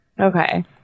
Okay